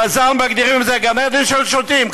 חז"ל מגדירים את זה: גן עדן של שוטים.